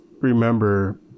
remember